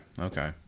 okay